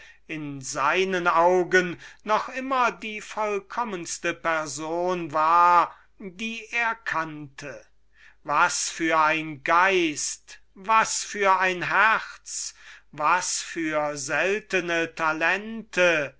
in seinen augen noch immer das vollkommenste geschöpfe war das er kannte was für ein geist was für ein herz was für seltene talente